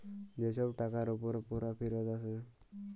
যে ছব টাকার উপরে পুরা ফিরত আসে